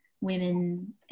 women